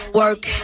work